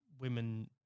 women